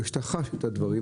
בגלל שאתה חש את הדברים.